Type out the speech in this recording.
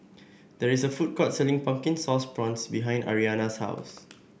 there is a food court selling Pumpkin Sauce Prawns behind Ariana's house